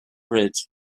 bridge